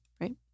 right